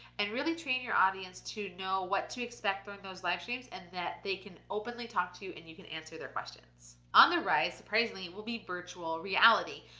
and really train your audience to know what to expect from those live streams, and that they can openly talk to you, and you can answer their questions. on the rise, surprisingly, will be virtual reality,